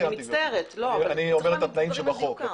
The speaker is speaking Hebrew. אני אומר את התנאים שבחוק.